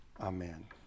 Amen